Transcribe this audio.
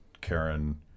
Karen